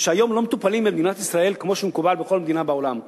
שהיום לא מטופלים במדינת ישראל כמו שמקובל בכל מדינה בעולם: